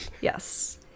yes